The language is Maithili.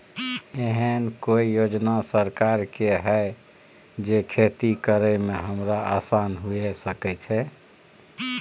एहन कौय योजना सरकार के है जै खेती करे में हमरा आसान हुए सके छै?